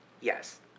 Yes